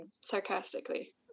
sarcastically